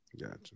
Gotcha